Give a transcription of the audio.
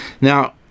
Now